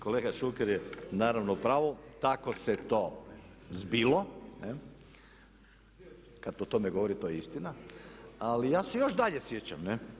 Kolega Šuker je naravno u pravu, tako se to zbilo, kada po tome govori, to je istina ali ja se još dalje sjećam.